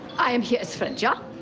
i am here as friend, ya?